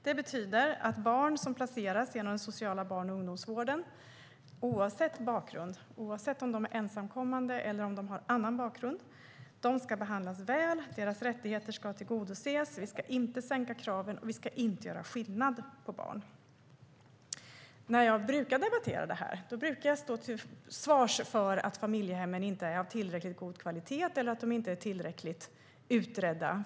Det betyder att barn som placeras genom den sociala barn och ungdomsvården, oavsett bakgrund och oavsett om de är ensamkommande eller om de har annan bakgrund, ska behandlas väl. Deras rättigheter ska tillgodoses. Vi ska inte sänka kraven, och vi ska inte göra skillnad på barn. När jag debatterar detta brukar jag få stå till svars för att familjehemmen inte är av tillräckligt god kvalitet eller inte tillräckligt utredda.